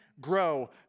grow